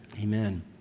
amen